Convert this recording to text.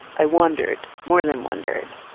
i wondered more than wondered.